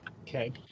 Okay